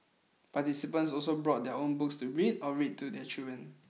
participants also brought their own books to read or read to their children